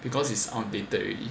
because it's outdated already